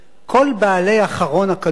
כל בעלי החרון הקדוש,